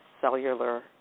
cellular